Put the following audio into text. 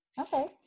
okay